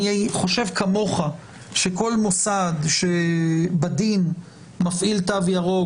אני חושב כמוך שכל מוסד שבדין מפעיל תו ירוק,